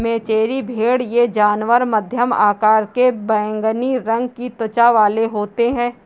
मेचेरी भेड़ ये जानवर मध्यम आकार के बैंगनी रंग की त्वचा वाले होते हैं